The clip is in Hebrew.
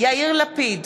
יאיר לפיד,